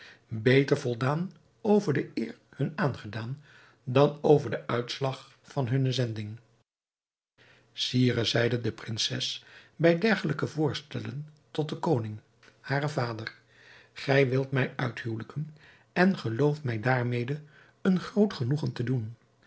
beter voldaan over de eer hun aangedaan dan over den uitslag van hunne zending sire zeide de prinses bij dergelijke voorstellen tot den koning haren vader gij wilt mij uithuwelijken en gelooft mij daarmede een groot genoegen te doen